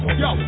yo